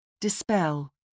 Dispel